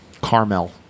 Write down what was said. Carmel